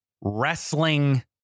wrestling